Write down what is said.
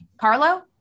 Carlo